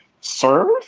serve